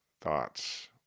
thoughts